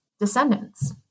descendants